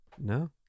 No